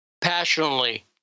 passionately